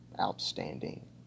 outstanding